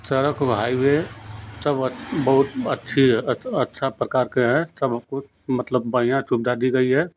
सड़क व हाईवे सब अच बहुत अच्छी है अच्छे अच्छे प्रकार की हैं सब कुछ मतलब बढ़िया सुविधा दी गई है